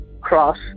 cross